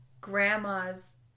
Grandma's